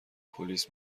پلیس